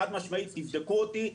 זה חד משמעית ותבדקו אותי.